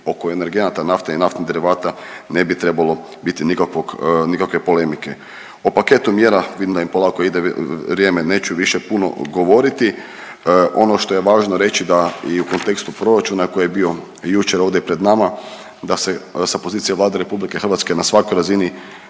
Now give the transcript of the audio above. oko energenata nafte i naftnih derivata, ne bi trebalo biti nikakvog, nikakve polemike. O paketu mjera, vidim da mi polako ide vrijeme, neću više puno govoriti, ono što je važno reći da i u kontekstu proračuna koji je bio jučer ovdje pred nama, da se sa pozicije Vlade RH na svakoj razini